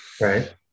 Right